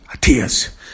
tears